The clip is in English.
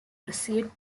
received